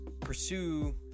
pursue